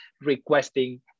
requesting